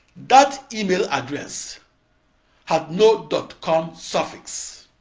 that email address had no dot com suffix.